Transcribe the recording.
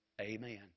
Amen